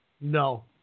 no